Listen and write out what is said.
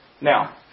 Now